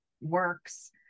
works